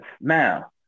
Now